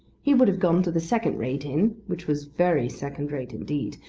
he would have gone to the second-rate inn, which was very second-rate indeed,